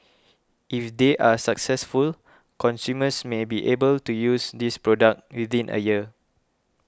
if they are successful consumers may be able to use this product within a year